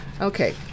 okay